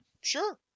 Sure